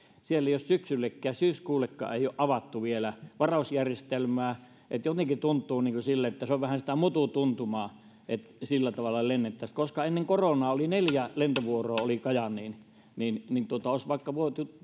siellä ei ole syksyllekään syyskuullekaan avattu vielä varausjärjestelmää eli jotenkin tuntuu sille että se on vähän sitä mututuntumaa että sillä tavalla lennettäisiin kun ennen koronaa oli neljä lentovuoroa kajaaniin niin niin olisi voitu vaikka